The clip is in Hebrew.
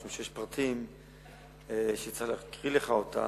משום שיש פרטים שצריך להקריא לך אותם,